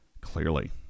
clearly